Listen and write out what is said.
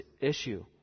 issue